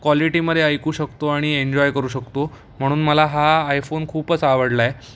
क्वालिटीमध्ये ऐकू शकतो आणि एन्जॉय करू शकतो म्हणून मला हा आयफोन खूपच आवडला आहे